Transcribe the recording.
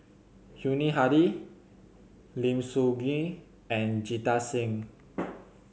Yuni Hadi Lim Soo Ngee and Jita Singh